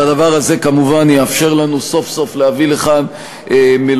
והדבר הזה כמובן יאפשר לנו סוף-סוף להביא לכאן מלונות